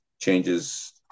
changes